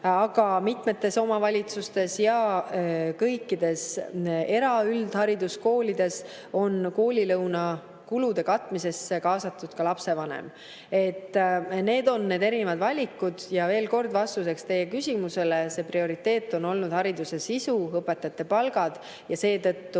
Aga mitmetes omavalitsustes ja kõikides eraüldhariduskoolides on koolilõuna kulude katmisse kaasatud ka lapsevanem. Need on need erinevad valikud. Veel kord ja vastuseks teie küsimusele: prioriteet on hariduse sisu ja õpetajate palgad. Need